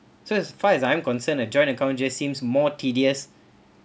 so as far as I'm concerned a joint account just seems more tedious